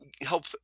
help